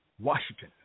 Washington